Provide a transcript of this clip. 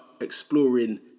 exploring